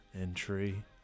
entry